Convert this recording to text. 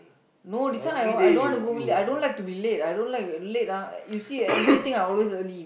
no this one I want don't wanna go late I don't like to be late I don't like late ah you see everything I always early